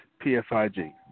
PSIG